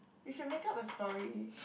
we should make up a story